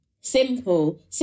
simple